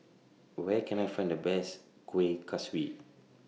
Where Can I Find The Best Kueh Kaswi